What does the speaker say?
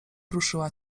prószyła